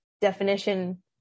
definition